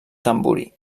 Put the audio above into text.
tamborí